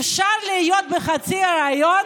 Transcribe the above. אפשר להיות בחצי היריון?